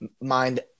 mind